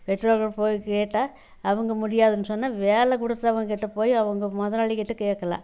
பெற்றோர்களிடம் போய் கேட்டால் அவங்க முடியாதுன்னு சொன்னால் வேலை கொடுத்தவன் கிட்டே போய் அவங்க முதலாளி கிட்டே கேட்கலாம்